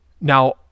Now